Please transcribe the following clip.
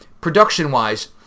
production-wise